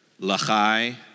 lachai